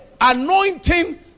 anointing